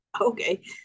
okay